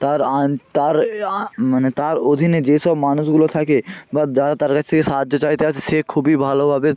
তার আ তার আ মানে তার অধীনে যেসব মানুষগুলো থাকে বা যারা তার কাছ থেকে সাহায্য চাইতে আসে সে খুবই ভালোভাবে